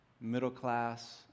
middle-class